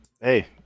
Hey